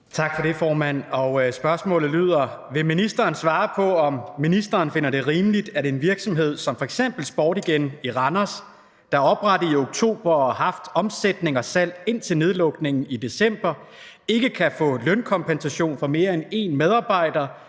Tak for det, formand. Spørgsmålet lyder: Vil ministeren svare på, om ministeren finder det rimeligt, at en virksomhed som f.eks. Sportigan i Randers, der er oprettet i oktober og har haft omsætning og salg indtil nedlukningen i december, ikke kan få lønkompensation for mere end én medarbejder,